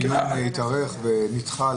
זה התארך ונדחה.